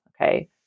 Okay